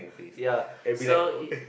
ya so it